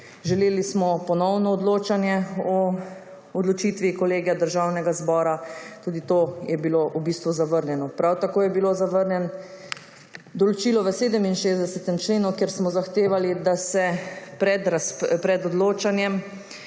Želeli smo ponovno odločanje o odločitvi Kolegija Državnega zbora. Tudi to je bilo v bistvu zavrnjeno. Prav tako je bilo zavrnjeno določilo v 67. členu, kjer smo zahtevali, da pred odločanjem